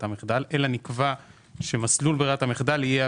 המחדל אלא נקבע שמסלול ברירת המחדל יהיה,